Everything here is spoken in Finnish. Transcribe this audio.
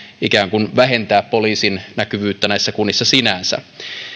ikään kuin vähentää poliisin näkyvyyttä näissä kunnissa sinänsä